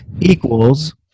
equals